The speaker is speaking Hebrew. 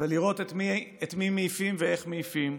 ולראות את מי מעיפים ואיך מעיפים.